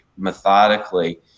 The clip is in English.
methodically